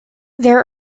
there